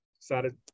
decided